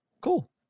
Cool